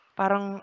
parang